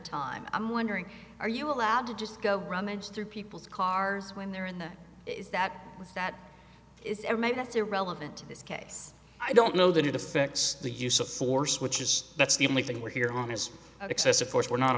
time i'm wondering are you allowed to just go rummage through people's cars when they're in that is that was that is ever made that's irrelevant to this case i don't know that it affects the use of force which is that's the only thing we're here on is that excessive force we're not